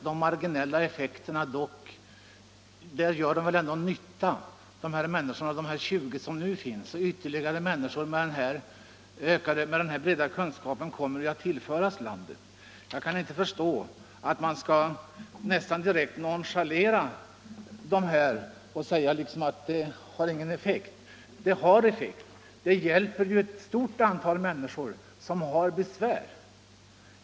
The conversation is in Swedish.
Det finns nu ca 20 Doctors of Chiropractic i landet, och ytterligare ett antal personer med dessa breda kunskaper tillkommer. Jag kan inte förstå varför man nära nog skall nonchalera dem och säga att deras insatser inte har någon effekt. De har effekt. De hjälper ju ett stort antal människor med ryggbesvär.